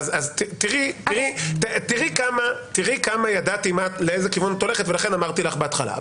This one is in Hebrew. תראי כמה ידעתי לאיזה כיוון את הולכת ולכן אמרתי לך בהתחלה.